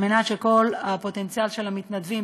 כדי שכל הפוטנציאל של המתנדבים,